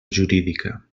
jurídica